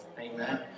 Amen